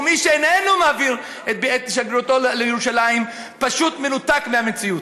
ומי שאיננו מעביר את שגרירותו לירושלים פשוט מנותק מהמציאות.